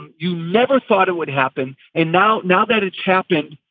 you never thought it would happen. and now, now that it's happened,